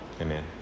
Amen